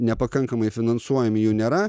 nepakankamai finansuojami jų nėra